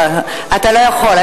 אתה לא יכול.